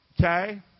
Okay